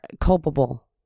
culpable